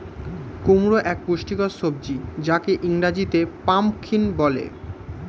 কুমড়ো এক পুষ্টিকর সবজি যাকে ইংরেজিতে পাম্পকিন বলে